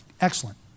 Excellent